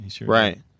Right